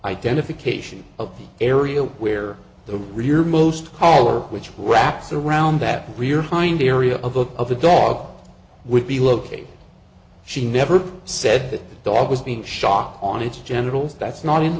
identification of the area where the rear most collar which wraps around that rear hind area of the of the dog would be located she never said the dog was being shot on its genitals that's not in